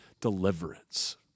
deliverance